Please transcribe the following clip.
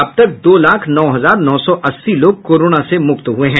अब तक दो लाख नौ हजार नौ सौ अस्सी लोग कोरोना से मुक्त हुए हैं